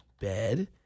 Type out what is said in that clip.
Bed